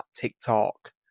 TikTok